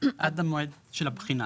עד המועד של הבחינה,